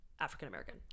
African-American